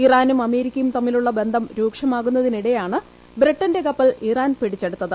ഇറാനും അമേരിക്കയും തമ്മിലുള്ള ബന്ധം രൂക്ഷമാകുന്നതിനിടെയാണ് ബ്രിട്ടന്റെ കപ്പൽ ഇറാൻ പിടിച്ചെടുത്തത്